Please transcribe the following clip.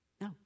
No